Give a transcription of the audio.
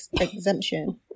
exemption